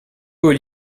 aux